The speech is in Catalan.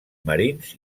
marins